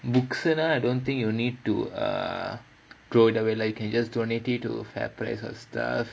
book நா:naa I don't think you need to err throw it away lah you can just donate it to FairPrice or